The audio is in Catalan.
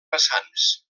vessants